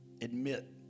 admit